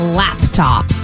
laptop